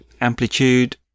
Amplitude